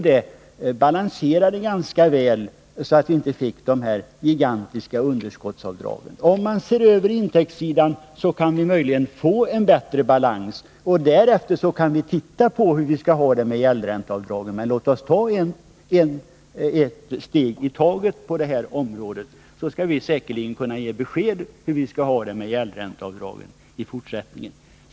Det balanserade ganska väl, och vi fick inte de här gigantiska underskottsavdragen. Om vi ser över intäktssidan kan vi möjligen få en bättre balans, och därefter kan vi titta på hur vi skall ha det med gäldränteavdragen. Men låt oss ta ett steg i taget på det här området, så skall vi säkerligen kunna ge besked om hur vi skall ha det med gäldränteavdragen i fortsättningen.